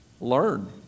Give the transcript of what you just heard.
Learn